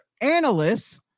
analysts